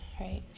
right